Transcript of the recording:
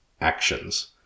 actions